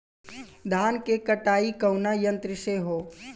धान क कटाई कउना यंत्र से हो?